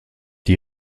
die